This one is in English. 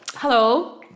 Hello